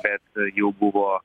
bet jau buvo